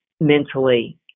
mentally